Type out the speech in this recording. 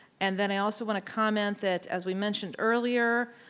and then i also wanna comment that, as we mentioned earlier,